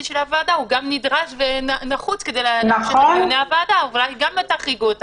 של הוועדה הוא גם נדרש ונחוץ וגם אותם תחריגו.